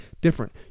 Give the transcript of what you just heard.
different